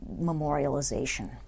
memorialization